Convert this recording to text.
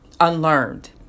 unlearned